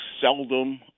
seldom